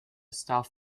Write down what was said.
stuff